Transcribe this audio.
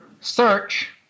search